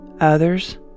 others